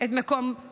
את מקום קבורתם.